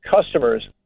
customers